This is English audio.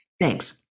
Thanks